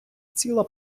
ціла